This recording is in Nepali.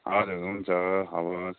हजुर हुन्छ हवस्